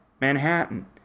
Manhattan